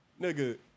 nigga